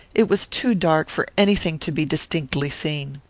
it was too dark for any thing to be distinctly seen.